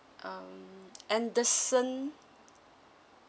um anderson